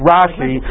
Rashi